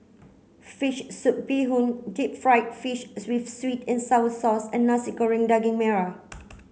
fish soup bee hoon deep fried fish with sweet and sour sauce and Nasi Goreng Daging Merah